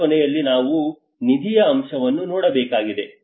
ದಿನದ ಕೊನೆಯಲ್ಲಿ ನಾವು ನಿಧಿಯ ಅಂಶವನ್ನು ನೋಡಬೇಕಾಗಿದೆ